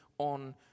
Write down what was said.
On